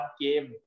game